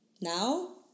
Now